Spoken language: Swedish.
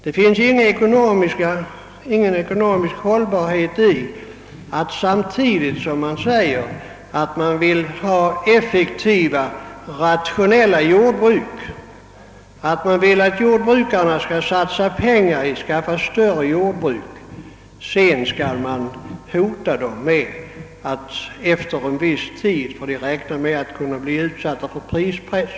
Det finns ingen ekonomisk hållbarhet i att först säga sig vilja ha effektiva och rationella jordbruk och uppmana jordbrukarna att satsa pengar på att skaffa sig större jordbruk men sedan hota dem med att de efter viss tid kan räkna med att bli utsatta för prispress.